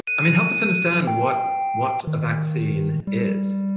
i mean, help us understand what what a vaccine is.